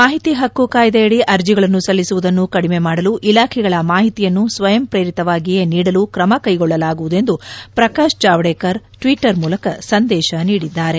ಮಾಹಿತಿ ಹಕ್ಕು ಕಾಯಿದೆಯಡಿ ಅರ್ಜಿಗಳನ್ನು ಸಲ್ಲಿಸುವುದನ್ನು ಕಡಿಮೆ ಮಾಡಲು ಇಲಾಖೆಗಳ ಮಾಹಿತಿಯನ್ನು ಸ್ವಯಂ ಪ್ರೇರಿತವಾಗಿಯೇ ನೀಡಲು ಕ್ರಮಕೈಗೊಳ್ಳಲಾಗುವುದು ಎಂದು ಪ್ರಕಾಶ್ ಜಾವಡೇಕರ್ ಟ್ವೀಟರ್ ಮೂಲಕ ಸಂದೇಶ ನೀಡಿದ್ದಾರೆ